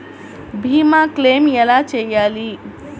భీమ క్లెయిం ఎలా చేయాలి?